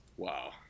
Wow